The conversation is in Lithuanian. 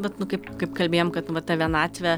vat nu kaip kaip kalbėjom kad va ta vienatvė